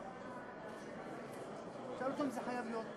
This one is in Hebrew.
של שנאת זרים,